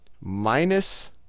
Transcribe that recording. minus